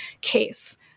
case